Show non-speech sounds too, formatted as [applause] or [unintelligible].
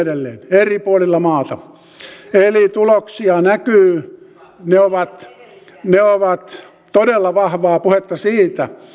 [unintelligible] edelleen eri puolilla maata eli tuloksia näkyy ne ovat todella vahvaa puhetta siitä